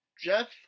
Jeff